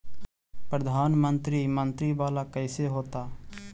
प्रधानमंत्री मंत्री वाला कैसे होता?